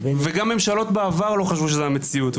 וגם ממשלות בעבר לא חשבו שזאת המציאות.